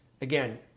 again